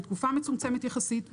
לתקופה מצומצמת יחסית,